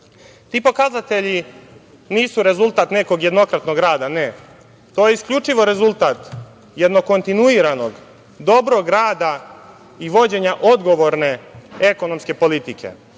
Ti parametri nisu rezultat nekog jednokratnog rada, ne, to je isključivo rezultat jednog kontinuiranog dobrog rada i vođenja odgovorne ekonomske politike,